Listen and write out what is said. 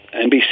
NBC